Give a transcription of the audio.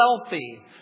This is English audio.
wealthy